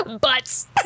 butts